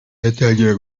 yatangira